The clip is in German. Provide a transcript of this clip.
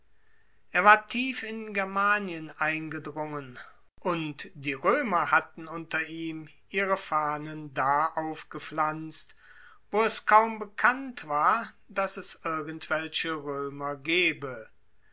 er war tief in germanien eingedrungen und die römer hatten ihre fahnen da aufgepflanzt wo es kaum bekannt war daß es irgend welche römer gebe